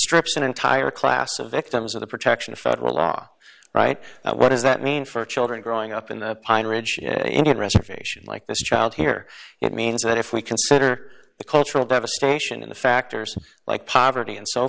an entire class of victims of the protection of federal law right what does that mean for children growing up in the pine ridge indian reservation like this child here it means that if we consider the cultural devastation in the factors like poverty and so